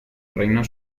reino